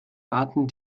arten